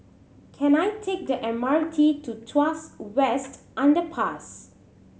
can I take the M R T to Tuas West Underpass